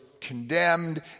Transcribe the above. condemned